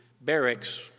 barracks